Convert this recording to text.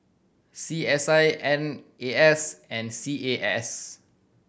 C S I N A S and C A S